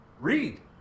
read